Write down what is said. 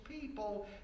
people